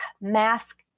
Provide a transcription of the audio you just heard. mask